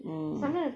mm